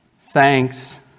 thanks